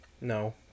No